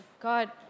God